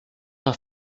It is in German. nach